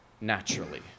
naturally